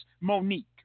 Monique